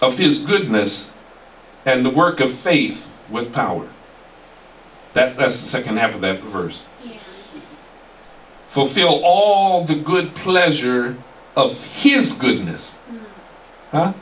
of his goodness and the work of faith with power that has the second half of the verse fulfill all the good pleasure of his goodness